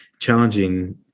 challenging